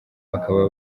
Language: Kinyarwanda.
bakaba